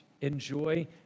enjoy